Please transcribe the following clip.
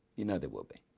you know there will be